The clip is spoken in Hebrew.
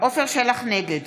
נגד